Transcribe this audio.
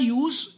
use